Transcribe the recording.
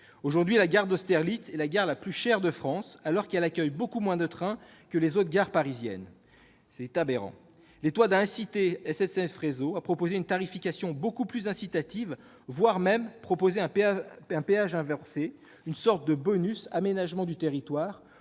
Aujourd'hui, la gare d'Austerlitz est la gare la plus chère de France, alors qu'elle accueille beaucoup moins de trains que les autres gares parisiennes. C'est aberrant ! L'État doit inciter SNCF Réseau à déployer une tarification beaucoup plus incitative, voire à proposer un péage inversé, une sorte de bonus « aménagement du territoire